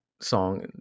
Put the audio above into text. song